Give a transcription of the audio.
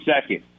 second